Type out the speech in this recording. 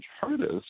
hardest